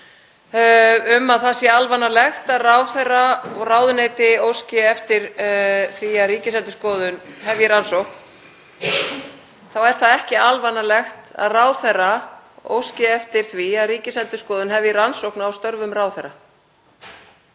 um að það sé alvanalegt að ráðherra og ráðuneyti óski eftir að Ríkisendurskoðun hefji rannsókn. Þá er það ekki alvanalegt að ráðherra óski eftir því að Ríkisendurskoðun hefji rannsókn á störfum ráðherra.